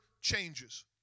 changes